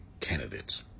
candidates